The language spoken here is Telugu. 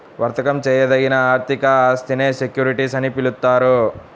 వర్తకం చేయదగిన ఆర్థిక ఆస్తినే సెక్యూరిటీస్ అని పిలుస్తారు